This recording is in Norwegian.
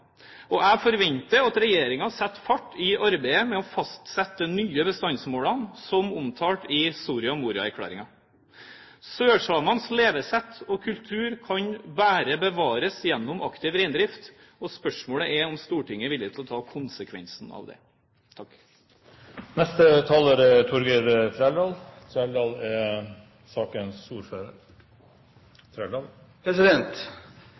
Og jeg forventer at regjeringen setter fart i arbeidet med å fastsette de nye bestandsmålene, som omtalt i Soria Moria-erklæringen. Sørsamenes levesett og kultur kan bare bevares gjennom aktiv reindrift. Spørsmålet er om Stortinget er villig til å ta konsekvensen av det. Nå ser vi igjen dobbeltkommunikasjon fra Senterpartiet, som de er utrolig flinke til. Det er